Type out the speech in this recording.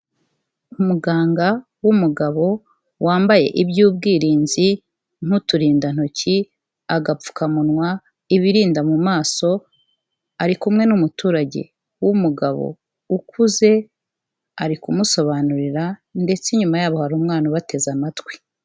Umuganga w'umugabo wambaye iby'ubwirinzi nk'uturindantoki, agapfukamunwa, ibirinda mu maso, ari kumwe n'umuturage w'umugabo ukuze, ari kumusobanurira ndetse inyuma yabo hari umwana ubateze amatwi.